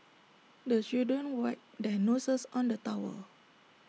the children wipe their noses on the towel